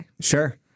Sure